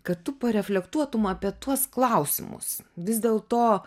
kad tu pareflektuotum apie tuos klausimus vis dėlto